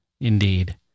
Indeed